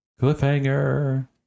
Cliffhanger